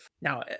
now